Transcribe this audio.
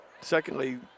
secondly